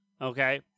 Okay